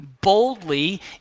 boldly